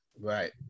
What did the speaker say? Right